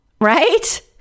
right